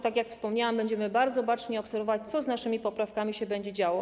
Tak jak wspomniałam, będziemy bardzo bacznie obserwować, co z naszymi poprawkami będzie się działo.